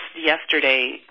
yesterday